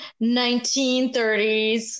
1930s